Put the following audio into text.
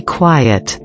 quiet